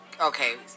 Okay